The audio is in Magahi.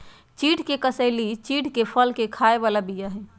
चिढ़ के कसेली चिढ़के फल के खाय बला बीया हई